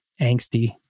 angsty